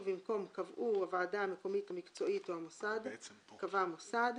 ובמקום "קבעו הוועדה המקומית המקצועית או המוסד" יבוא "קבע המוסד".